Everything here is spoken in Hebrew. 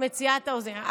מציאת האוזנייה.